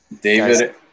David